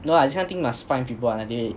no ah this kind of thing must find people [one]